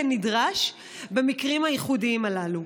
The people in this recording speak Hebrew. כנדרש במקרים הייחודיים הללו.